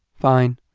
fine,